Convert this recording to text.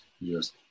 Yes